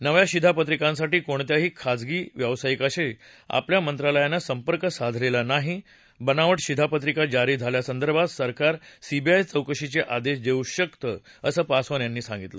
नव्या शिधापत्रिकांसाठी कोणत्याही खासगी व्यावसायिकाशी आपल्या मंत्रालयानं संपर्क साधलेला नाही बनाव शिधापत्रिका जारी झाल्यासंर्दभात सरकार सीबीआय चौकशीचे आदेश देऊ शकतं असं पासवान यांनी सांगितलं